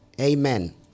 amen